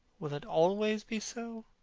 will it always be so.